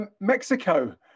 Mexico